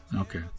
okay